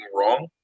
wrong